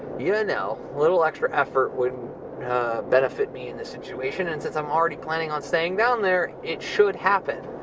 you and know, a little extra effort would benefit me in this situation. and since i'm already planning on staying down there, it should happen.